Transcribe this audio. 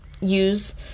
use